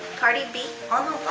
cardi b on the